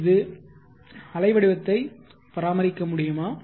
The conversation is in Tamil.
இது அலை வடிவத்தை பராமரிக்க முடியுமா